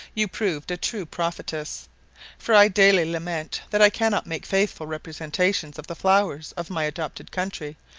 you proved a true prophetess for i daily lament that i cannot make faithful representations of the flowers of my adopted country,